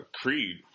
Creed